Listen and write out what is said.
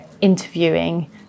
interviewing